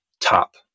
top